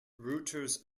routers